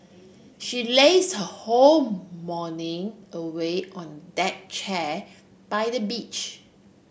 she laze her whole morning away on deck chair by the beach